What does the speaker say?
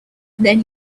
then